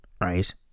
right